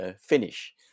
finish